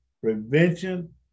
Prevention